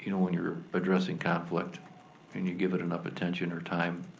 you know when you're addressing conflict and you give it enough attention or time,